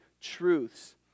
truths